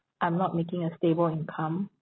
I'm not making a stable income